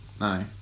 No